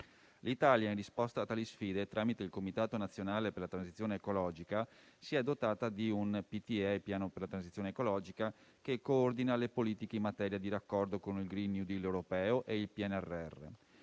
L'Italia, in risposta a tali sfide, tramite il Comitato nazionale per la transizione ecologica, si è dotata di un Piano per la transizione ecologica (PTE) che coordina le politiche in materia di raccordo con il *green new deal* europeo e il Piano